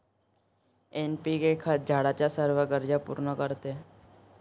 NPK खत झाडाच्या सर्व गरजा पूर्ण करते